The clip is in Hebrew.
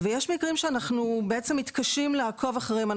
ויש מקרים שאנחנו מתקשים לעקוב אחריהם.